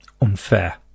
unfair